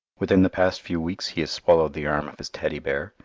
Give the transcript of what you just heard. within the past few weeks he has swallowed the arm of his teddy bear,